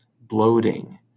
bloating